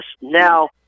Now